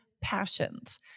passions